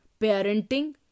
Parenting